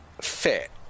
fit